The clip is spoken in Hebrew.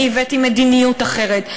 אני הבאתי מדיניות אחרת,